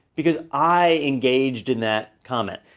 because i engaged in that comment.